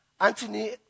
Anthony